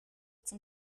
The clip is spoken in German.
zum